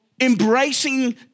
embracing